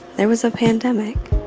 there was a pandemic.